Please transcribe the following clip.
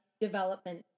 development